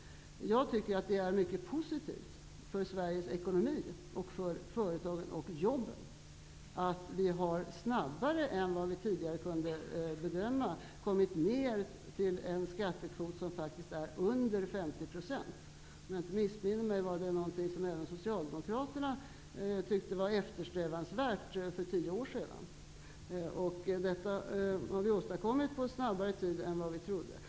Jag tycker att det är mycket positivt för Sveriges ekonomi, för företagen och för jobben att vi snabbare än vi tidigare kunde bedöma att vi skulle göra, kommit ner till en skattekvot som faktiskt är under 50 %. Om jag inte missminner mig var det någonting som även Socialdemokraterna tyckte var eftersträvansvärt för tio år sedan. Detta har vi åstadkommit på kortare tid än vad vi trodde.